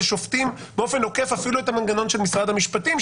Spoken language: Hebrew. שופטים באופן עוקף אפילו את המנגנון של משרד המשפטים,